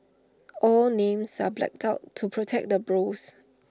all names are blacked out to protect the bros